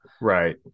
Right